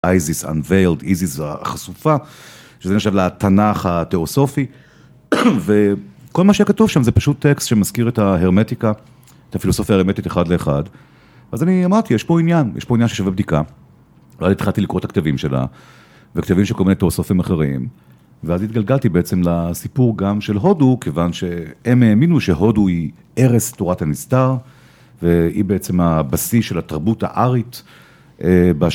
‫איזיס החשופה, ‫שזה נחשב לתנ"ך התיאוסופי. ‫וכל מה שהיה כתוב שם זה פשוט טקסט ‫שמזכיר את ההרמטיקה, ‫את הפילוסופיה ההרמטית אחד לאחד. ‫אז אני אמרתי, יש פה עניין, ‫יש פה עניין ששווה בדיקה. ‫ואז התחלתי לקרוא את הכתבים שלה, ‫וכתבים של כל מיני תיאוסופים אחרים, ‫ואז התגלגלתי בעצם ‫לסיפור גם של הודו, ‫כיוון שהם האמינו שהודו ‫היא ערש תורת הנסתר, ‫והיא בעצם הבסיס ‫של התרבות הארית.